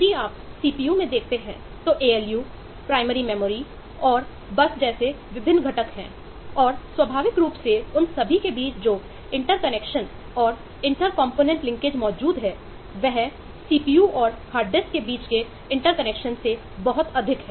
यदि आप सीपीयू से बहुत अधिक है